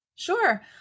Sure